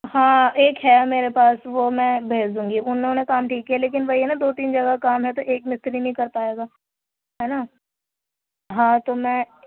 ہاں ایک ہے میرے پاس وہ میں بھیج دوں گی اُنہوں نے کام ٹھیک کیا لیکن وہی ہے نا دو تین جگہ کام ہے تو ایک مستری نہیں کر پائے گا ہے نا ہاں تو میں